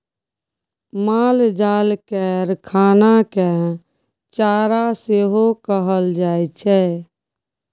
मालजाल केर खाना केँ चारा सेहो कहल जाइ छै